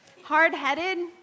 hard-headed